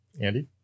andy